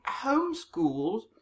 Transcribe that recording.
homeschooled